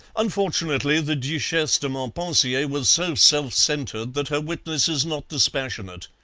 unfortunately the duchesse de montpensier was so self-centred that her witness is not dispassionate.